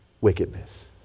wickedness